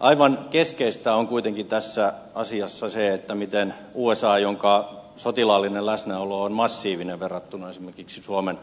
aivan keskeistä on kuitenkin tässä asiassa se miten usa jonka sotilaallinen läsnäolo on massiivinen verrattuna esimerkiksi suomen